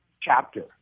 chapter